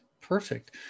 Perfect